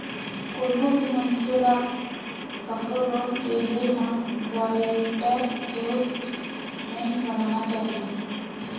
कोनो भी मनखे ल कखरो लोन के ले म गारेंटर सोझ नइ बनना चाही